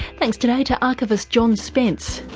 thanks today to archivist john spence,